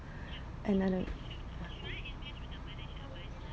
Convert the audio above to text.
another